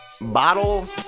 bottle